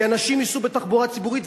כי אנשים ייסעו בתחבורה ציבורית,